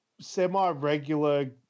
semi-regular